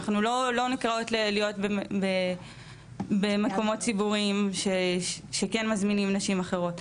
אנחנו לא נקראות להיות במקומות ציבוריים שכן מזמינים נשים אחרות.